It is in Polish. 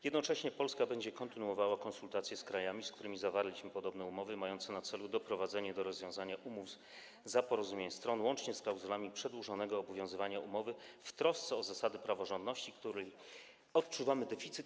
Jednocześnie Polska będzie kontynuowała konsultacje z krajami, z którymi zawarliśmy podobne umowy, mające na celu doprowadzenie do rozwiązania umów za porozumieniem stron łącznie z klauzulami przedłużonego obowiązywania umowy w trosce o zasady praworządności, których odczuwamy deficyt.